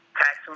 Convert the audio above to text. tax